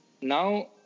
Now